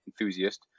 enthusiast